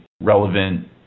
relevant